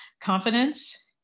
confidence